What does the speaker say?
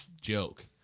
joke